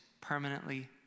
permanently